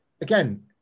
again